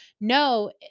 no